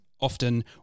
often